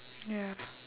ya